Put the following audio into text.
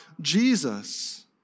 Jesus